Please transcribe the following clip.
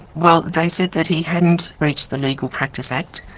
well they said that he hadn't breached the legal practice act,